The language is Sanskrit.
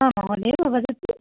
आं महोदय वदतु